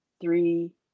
three